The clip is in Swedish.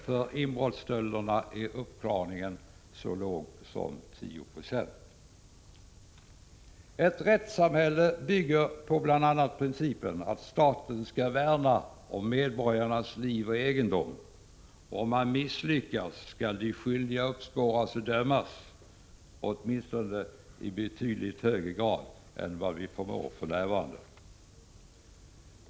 För inbrottsstölderna är uppklaringen så låg som 10 96. Ett rättssamhälle bygger på bl.a. principen att staten skall värna om medborgarnas liv och egendom. Om man misslyckas, skall de skyldiga uppspåras och dömas — åtminstone i betydligt högre grad än vad vi förmår för närvarande.